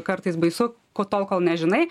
kartais baisu ko tol kol nežinai